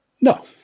no